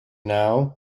now